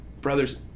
brothers